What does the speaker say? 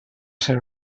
ser